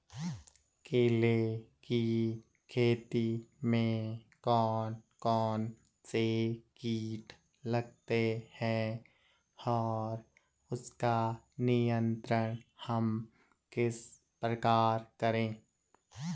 केले की खेती में कौन कौन से कीट लगते हैं और उसका नियंत्रण हम किस प्रकार करें?